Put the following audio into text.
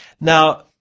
Now